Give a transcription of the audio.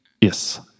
yes